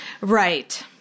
Right